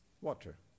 water